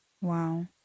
Wow